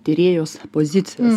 tyrėjos pozicijos